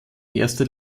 erster